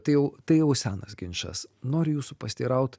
tai jau tai jau senas ginčas noriu jūsų pasiteiraut